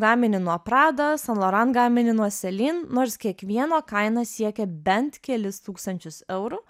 gaminį nuo prada saint laurent gaminį nuo celine nors kiekvieno kaina siekia bent kelis tūkstančius eurų